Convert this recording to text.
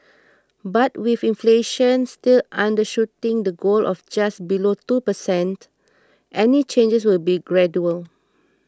but with inflation still undershooting the goal of just below two per cent any changes will be gradual